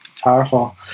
powerful